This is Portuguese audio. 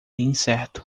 incerto